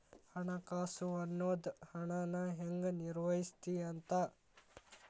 ಹಣಕಾಸು ಅನ್ನೋದ್ ಹಣನ ಹೆಂಗ ನಿರ್ವಹಿಸ್ತಿ ಅಂತ